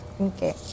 Okay